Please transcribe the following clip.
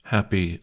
Happy